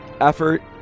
effort